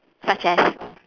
such as